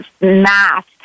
math